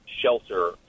shelter